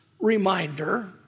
reminder